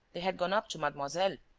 they had gone up to mademoiselle.